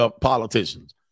politicians